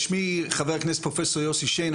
שמי חבר הכנסת פרופ' יוסי שיין,